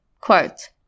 quote